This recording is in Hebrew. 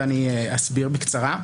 ואני אסביר בקצרה.